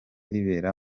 ribera